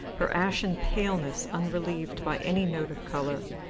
her ashen paleness unrelieved by any note of colour,